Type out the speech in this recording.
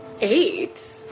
Eight